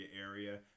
area